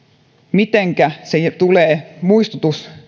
mitenkä tulee muistutus